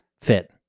fit